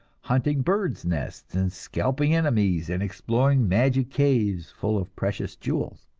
hunting birds' nests and scalping enemies and exploring magic caves full of precious jewels.